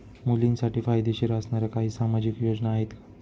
मुलींसाठी फायदेशीर असणाऱ्या काही सामाजिक योजना आहेत का?